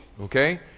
okay